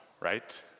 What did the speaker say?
right